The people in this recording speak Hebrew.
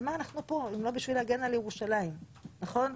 למה אנחנו פה אם לא בשביל להגן על ירושלים, נכון?